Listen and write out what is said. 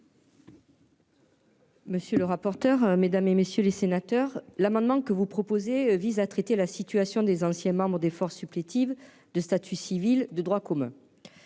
Monsieur le rapporteur, mesdames et messieurs les sénateurs, l'amendement que vous proposez, vise à traiter la situation des anciens membres des forces supplétives de statut civil de droit commun,